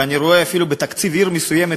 ואני אפילו רואה בתקציב עיר מסוימת,